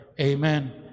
Amen